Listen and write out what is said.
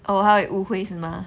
oh 她会误会是吗